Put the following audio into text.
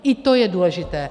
I to je důležité.